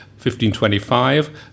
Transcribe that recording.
1525